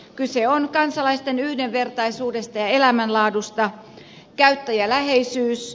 kyse on kansalaisten yhdenvertaisuudesta ja elämänlaadusta